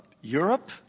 Europe